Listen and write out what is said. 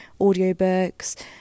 audiobooks